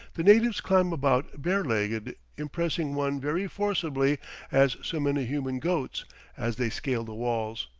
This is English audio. the natives climb about bare-legged, impressing one very forcibly as so many human goats as they scale the walls,